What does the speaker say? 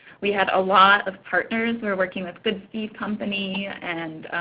we had a lot of partners. we were working with good seed company, and